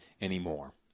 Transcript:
anymore